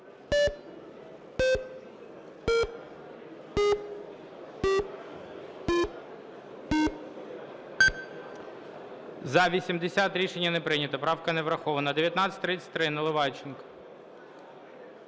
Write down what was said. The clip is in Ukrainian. За-80 Рішення не прийнято. Правка не врахована. 1933, Наливайченко.